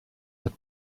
mit